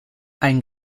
ein